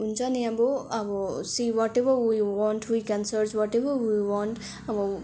हुन्छ नि अब अब see whatever we want we can search whatever we want अब